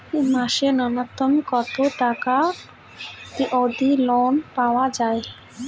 মাসে নূন্যতম কতো টাকা অব্দি লোন পাওয়া যায়?